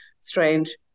strange